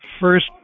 first